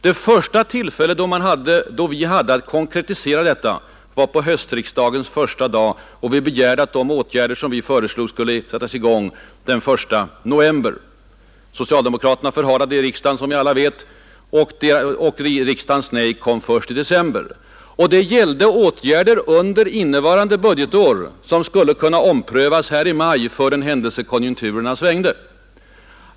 Det första tillfälle vi hade att konkretisera detta var på höstriksdagens första dag, och vi begärde att de åtgärder som vi föreslog skulle sättas i kraft den 1 november. Socialdemokraterna förhalade ärendet i riksdagen, som vi alla vet, och riksdagens nej kom först i december. Vårt förslag gällde åtgärder under innevarande budgetår, som skulle kunna omprövas i maj för den händelse konjunkturerna svängde.